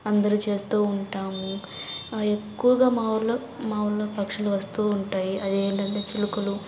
అందరు చేస్తు ఉంటాము ఎక్కువగా మా ఊళ్ళో మా ఊళ్ళో పక్షులు వస్తు ఉంటాయి అవి ఏంటంటే చిలుకలు